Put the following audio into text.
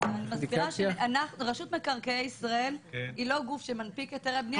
אני מסבירה שרשות מקרקעי ישראל היא לא גוף שמנפיק היתרי בנייה.